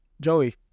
Joey